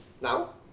now